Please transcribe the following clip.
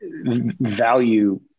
value